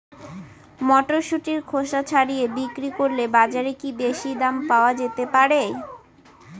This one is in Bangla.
মটরশুটির খোসা ছাড়িয়ে বিক্রি করলে বাজারে কী বেশী দাম পাওয়া যেতে পারে?